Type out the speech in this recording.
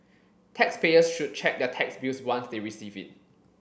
taxpayers should check their tax bills once they receive it